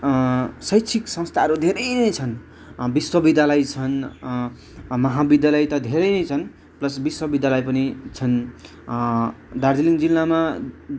शैक्षिक संस्थाहरू धेरै नै छन् विश्वविद्यालय छन् महाविद्यालय त धेरै नै छन् प्लस विश्वविद्यालय पनि छन् दार्जिलिङ जिल्लामा